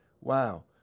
Wow